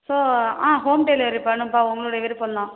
so ah home delivery பண்ணணும்ப்பா உங்களுடைய விருப்பம் தான்